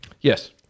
Yes